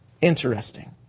Interesting